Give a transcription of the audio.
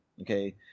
Okay